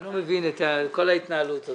לא מבין את כל ההתנהלות הזאת,